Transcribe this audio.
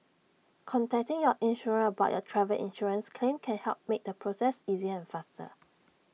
contacting your insurer about your travel insurance claim can help make the process easier and faster